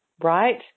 right